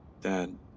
Dad